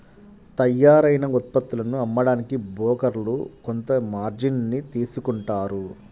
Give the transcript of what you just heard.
తయ్యారైన ఉత్పత్తులను అమ్మడానికి బోకర్లు కొంత మార్జిన్ ని తీసుకుంటారు